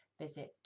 visit